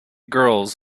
girls